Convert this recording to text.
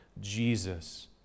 Jesus